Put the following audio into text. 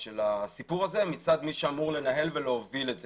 הסיפור הזה מצד מי שאמור לנהל ולהוביל את זה.